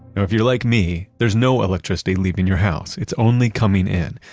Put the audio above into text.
if you're like me, there's no electricity leaving your house, it's only coming in.